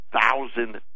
thousand